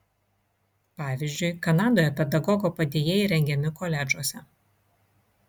pavyzdžiui kanadoje pedagogo padėjėjai rengiami koledžuose